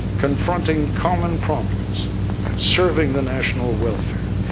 confronting common problems and serving the national welfare,